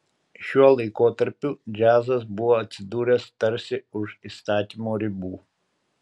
šiuo laikotarpiu džiazas buvo atsidūręs tarsi už įstatymo ribų